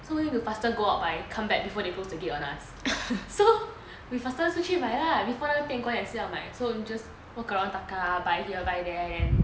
so we need to faster go out but come back before they close the gate on us so we faster 出去买啦 before 那个店关也是要买 so just walk around taka buy here buy there then